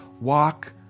Walk